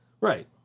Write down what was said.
Right